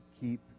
keep